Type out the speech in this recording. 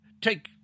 take